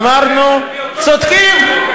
אמרנו: צודקים,